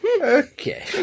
Okay